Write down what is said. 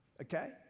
Okay